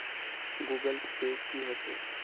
Google Pay की होचे?